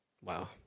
Wow